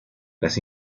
las